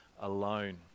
alone